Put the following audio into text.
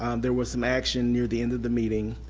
um there was some action near the end of the meeting,